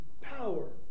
power